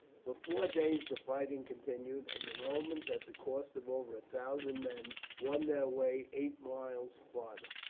for four days the fighting continued, and the romans, at the cost of over a thousand men, won their way eight miles farther.